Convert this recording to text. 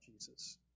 Jesus